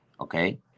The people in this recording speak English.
okay